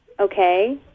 Okay